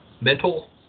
mental